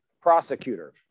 prosecutor